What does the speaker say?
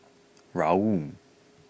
Raoul